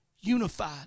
unified